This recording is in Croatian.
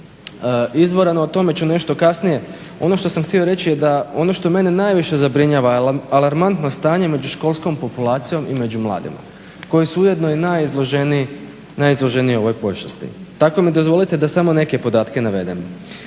izvora no o tome ću nešto kasnije. Ono što sam htio reći, je da ono što mene najviše zabrinjava je alarmantno stanje među školskom populacijom i među mladima koji su ujedno i najizloženiji ovoj počasti. Tako mi dozvolite da samo neke podatke navedem